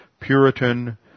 Puritan